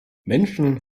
menschen